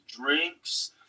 drinks